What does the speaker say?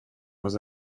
was